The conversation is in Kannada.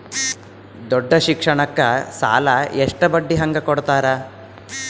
ದೊಡ್ಡ ಶಿಕ್ಷಣಕ್ಕ ಸಾಲ ಎಷ್ಟ ಬಡ್ಡಿ ಹಂಗ ಕೊಡ್ತಾರ?